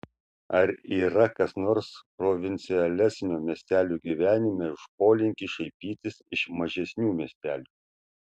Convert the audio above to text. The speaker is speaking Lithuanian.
ar yra kas nors provincialesnio miestelių gyvenime už polinkį šaipytis iš mažesnių miestelių